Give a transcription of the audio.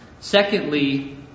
Secondly